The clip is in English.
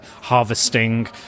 harvesting